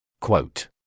Quote